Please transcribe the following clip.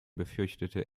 befürchtete